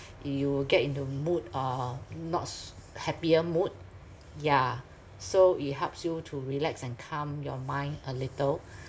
you will get into mood or not s~ happier mood yeah so it helps you to relax and calm your mind a little